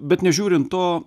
bet nežiūrint to